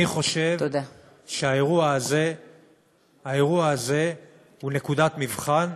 אני חושב שהאירוע הזה הוא נקודת מבחן,